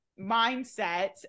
mindset